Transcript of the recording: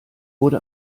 wurde